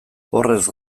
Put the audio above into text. horrez